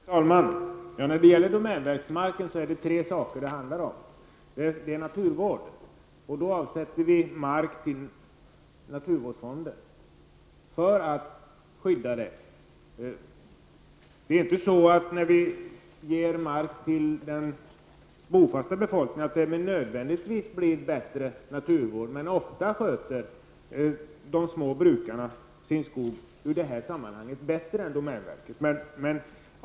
Fru talman! När det gäller domänverksmarken är det tre saker det handlar om. En av dessa saker är naturvården, och vi avsätter mark till naturvårdsfonden för att skydda den. När vi ger mark till den bofasta befolkningen, innebär det inte nödvändigtvis bättre naturvård, men ofta sköter de små brukarna sin skog i det avseendet bättre än domänverket.